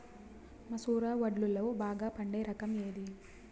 మసూర వడ్లులో బాగా పండే రకం ఏది?